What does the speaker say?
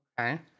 Okay